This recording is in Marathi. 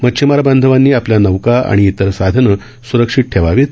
मच्छीमार बांधवांनी आपल्या नौका आणि इतर साधनं सुरक्षित ठेवावीत